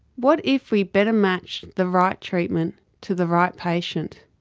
what if we better matched the right treatment to the right patient?